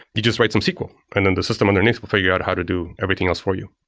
you just write some sql. and then the system underneath will figure out how to do everything else for you.